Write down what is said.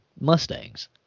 mustangs